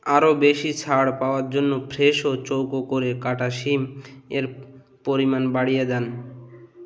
আরও বেশি ছাড় পাওয়ার জন্য ফ্রেশ ও চৌকো করে কাটা শিমের পরিমাণ বাড়িয়ে দেন